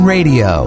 Radio